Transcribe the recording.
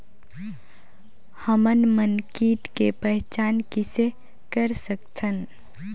हमन मन कीट के पहचान किसे कर सकथन?